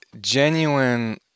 genuine